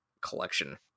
collection